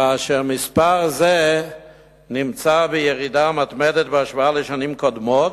כאשר מספר זה נמצא בירידה מתמדת בהשוואה לשנים קודמות,